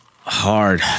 Hard